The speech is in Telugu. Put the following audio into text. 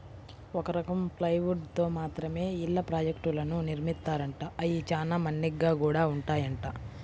ఒక రకం ప్లైవుడ్ తో మాత్రమే ఇళ్ళ ప్రాజెక్టులను నిర్మిత్తారంట, అయ్యి చానా మన్నిగ్గా గూడా ఉంటాయంట